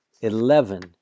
eleven